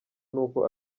n’uko